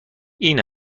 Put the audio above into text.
این